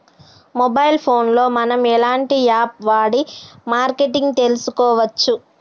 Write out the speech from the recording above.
Mobile phone లో మనం ఎలాంటి యాప్ వాడి మార్కెటింగ్ తెలుసుకోవచ్చు?